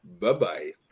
bye-bye